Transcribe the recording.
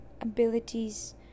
abilities